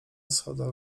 schodach